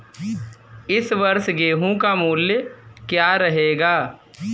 इस वर्ष गेहूँ का मूल्य क्या रहेगा?